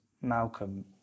Malcolm